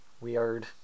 weird